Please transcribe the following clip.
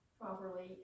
properly